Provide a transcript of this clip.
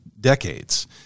decades